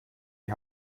die